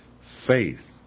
faith